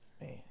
Man